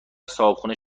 صاحبخونه